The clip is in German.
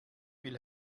will